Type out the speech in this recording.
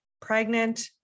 pregnant